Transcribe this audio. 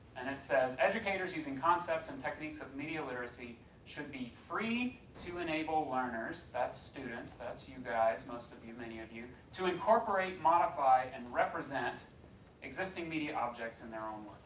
and it says, educators using concepts and techniques of media literacy should be free to enable learners, that's students, that you guys, most of you, many of you, to incorporate, modify, and represent existing media objects in their own